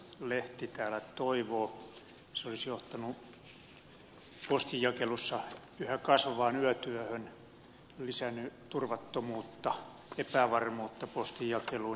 lehti täällä toivoo se olisi johtanut postinjakelussa yhä kasvavaan yötyöhön lisännyt turvattomuutta epävarmuutta postinjakeluun